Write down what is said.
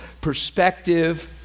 perspective